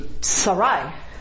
Sarai